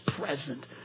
present